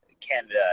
Canada